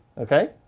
ok,